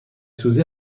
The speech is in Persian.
سوزی